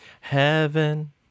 Heaven